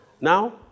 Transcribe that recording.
now